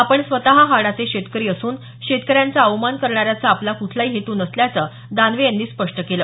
आपण स्वत हाडाचे शेतकरी असून शेतकऱ्यांचा अवमान करण्याचा आपला कुठलाही हेतू नसल्याचं दानवे यांनी स्पष्ट केलं